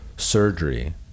surgery